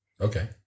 Okay